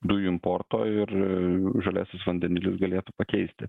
dujų importo ir žaliasis vandenilis galėtų pakeisti